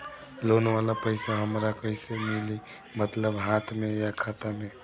Loan वाला पैसा हमरा कइसे मिली मतलब हाथ में या खाता में?